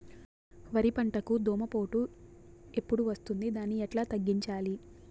వరి పంటకు దోమపోటు ఎప్పుడు వస్తుంది దాన్ని ఎట్లా తగ్గించాలి?